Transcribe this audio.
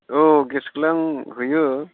औ गेसखोलाय आं होयो